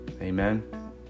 Amen